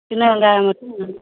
சின்ன வெங்காயம் மட்டும்